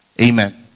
Amen